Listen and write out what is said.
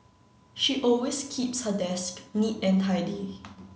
she always keeps her desk neat and tidy